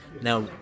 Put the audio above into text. now